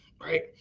Right